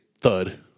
thud